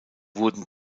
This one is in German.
wurden